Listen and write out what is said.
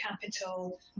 Capital